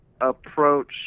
approach